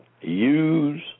use